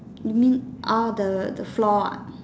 you mean orh the the floor ah